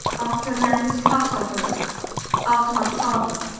after a man whose heart i broke after my father.